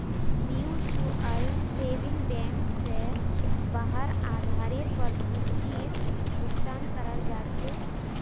mutual saving bank स वहार आधारेर पर पूंजीर भुगतान कराल जा छेक